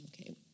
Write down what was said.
Okay